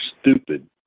stupid